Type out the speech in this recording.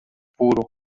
puro